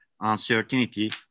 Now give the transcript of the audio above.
uncertainty